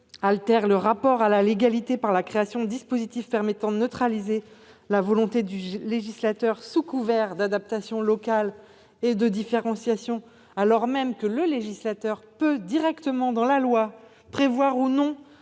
altère le rapport à la légalité par la création de dispositifs permettant de neutraliser la volonté du législateur, sous couvert d'adaptation locale et de différenciation, alors même que le législateur peut directement, dans la loi, prévoir ou non